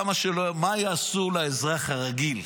מה יעשו לאזרח רגיל?